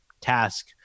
task